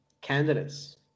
candidates